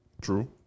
True